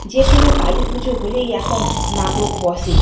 যে কোনো কালী পুজো হলেই এখন নাটক বসে